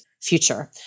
future